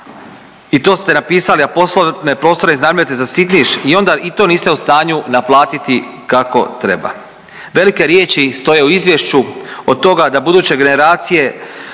i to ste napisali, a poslovne prostore iznajmljujete za sitniš i onda i to niste u stanju naplatiti kako treba. Velike riječi stoje u izvješću od toga da buduće generacije